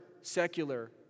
secular